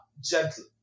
gentle